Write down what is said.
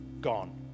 gone